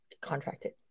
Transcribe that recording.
contracted